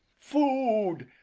food!